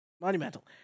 monumental